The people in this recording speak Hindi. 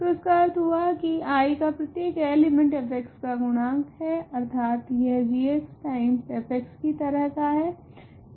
तो इसका अर्थ हुआ की I का प्रत्येक एलिमेंट f का गुणांक है अर्थात यह g टाइम्स f की तरह का है